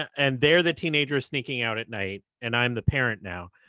and they're the teenagers sneaking out at night and i'm the parent now.